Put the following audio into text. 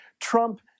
Trump